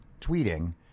tweeting